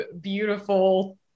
beautiful